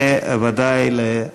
ולכל